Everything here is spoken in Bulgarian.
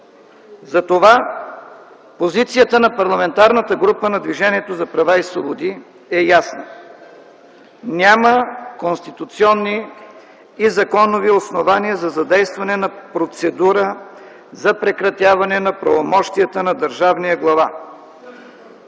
Затова позицията на Парламентарната група на Движението за права и свободи е ясна – няма конституционни и законови основания за задействане на процедура за прекратяване на правомощията на държавния глава.